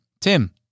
Tim